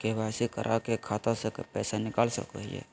KYC करा के खाता से पैसा निकल सके हय?